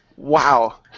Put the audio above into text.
Wow